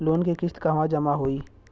Loan के किस्त कहवा जामा होयी?